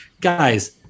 guys